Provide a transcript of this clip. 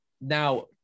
now